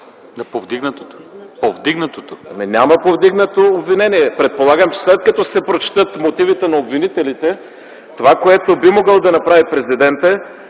На повдигнатото. ЯНАКИ СТОИЛОВ: Няма повдигнато обвинение. Предполагам, че след като се прочетат мотивите на обвинителите, това, което би могъл да направи президентът,